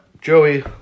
Joey